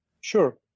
Sure